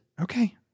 Okay